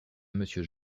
monsieur